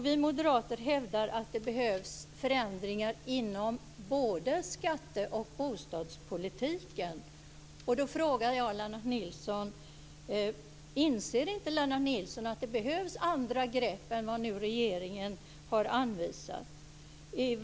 Vi moderater hävdar att det behövs förändringar inom både skatte och bostadspolitiken. Då frågar jag Lennart Nilsson: Inser inte Lennart Nilsson att det behövs andra grepp än vad regeringen nu har anvisat?